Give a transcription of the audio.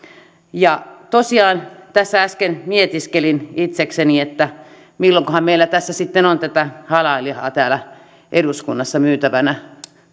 tosiaan tässä äsken mietiskelin itsekseni että milloinkahan meillä sitten on halal lihaa täällä eduskunnassa myytävänä